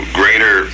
greater